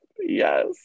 Yes